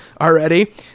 already